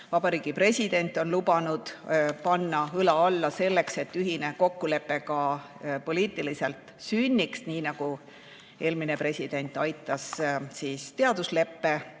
Vabariigi president on lubanud panna õla alla selleks, et ühine kokkulepe ka poliitiliselt sünniks, nii nagu eelmine president aitas teadusleppe